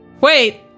Wait